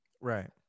Right